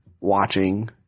watching